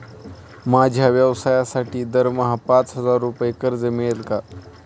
माझ्या व्यवसायासाठी दरमहा पाच हजार रुपये कर्ज मिळेल का?